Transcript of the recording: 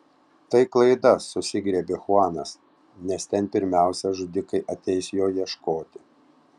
tai klaida susigriebė chuanas nes ten pirmiausia žudikai ateis jo ieškoti